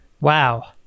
Wow